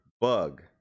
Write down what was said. Bug